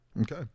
Okay